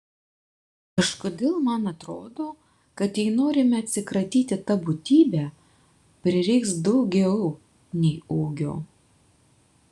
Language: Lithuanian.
kažkodėl man atrodo kad jei norime atsikratyti ta būtybe prireiks daugiau nei ūgio